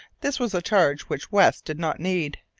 this was a charge which west did not need.